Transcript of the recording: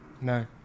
No